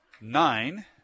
nine